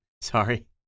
Sorry